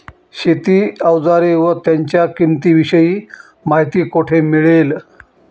शेती औजारे व त्यांच्या किंमतीविषयी माहिती कोठे मिळेल?